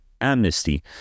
amnesty